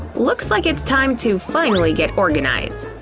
looks like it's time to finally get organized.